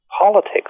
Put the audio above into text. politics